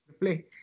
play